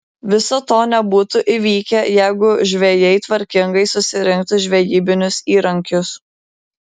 viso to nebūtų įvykę jeigu žvejai tvarkingai susirinktų žvejybinius įrankius